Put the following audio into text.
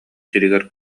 сиригэр